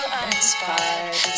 uninspired